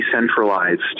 decentralized